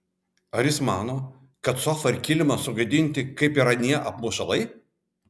ar jis mano kad sofa ir kilimas sugadinti kaip ir anie apmušalai